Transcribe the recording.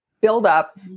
buildup